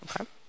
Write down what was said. Okay